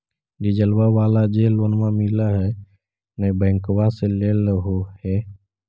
डिजलवा वाला जे लोनवा मिल है नै बैंकवा से लेलहो हे?